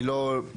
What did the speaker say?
אני לא יודע,